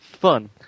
fun